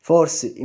Forse